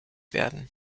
werden